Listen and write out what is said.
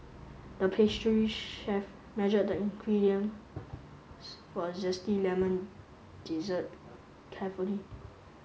the pastry chef measured the ingredient for a zesty lemon dessert carefully